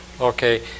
okay